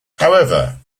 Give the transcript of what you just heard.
however